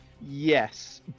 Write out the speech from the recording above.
Yes